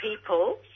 people